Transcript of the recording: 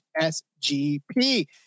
SGP